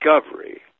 discovery